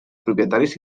propietaris